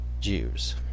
Jews